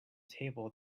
table